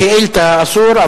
בשאילתא אסור,